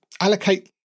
allocate